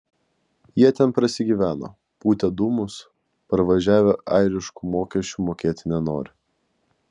jie ten prasigyveno pūtė dūmus parvažiavę airiškų mokesčių mokėti nenori